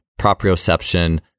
proprioception